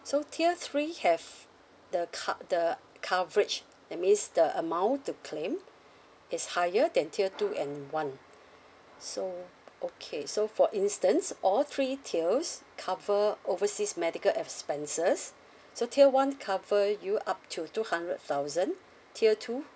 so tier three have the co~ the coverage that means the amount to claim is higher than tier two and one so okay so for instance all three tiers cover overseas medical expenses so tier one cover you up to two hundred thousand tier two